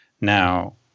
Now